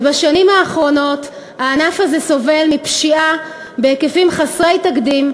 ובשנים האחרונות הענף הזה סובל מפשיעה בהיקפים חסרי תקדים,